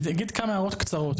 אגיד כמה הערות קצרות.